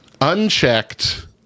unchecked